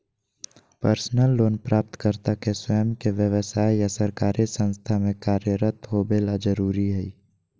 personal loan प्राप्तकर्ता के स्वयं के व्यव्साय या सरकारी संस्था में कार्यरत होबे ला जरुरी हइ